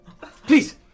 Please